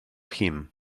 him